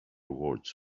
words